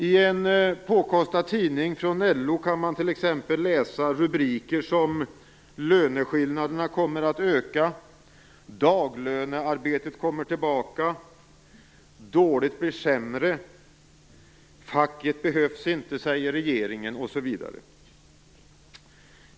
I en påkostad tidning från LO kan man t.ex. läsa rubriker som: Löneskillnaderna kommer att öka, Daglönearbetet kommer tillbaka, Dåligt blir sämre, Facket behövs inte, säger regeringen osv.